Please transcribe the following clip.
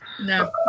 No